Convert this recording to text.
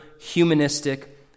humanistic